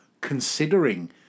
considering